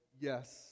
yes